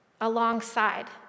alongside